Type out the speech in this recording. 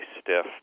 stiff